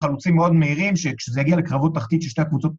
חלוצים מאוד מהירים שזה יגיע ‫לקרבות תחתית של שתי הקבוצות.